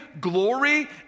glory